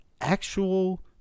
actual